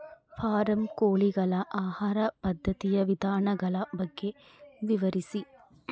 Form ಕೋಳಿಗಳ ಆಹಾರ ಪದ್ಧತಿಯ ವಿಧಾನಗಳ ಬಗ್ಗೆ ವಿವರಿಸಿ?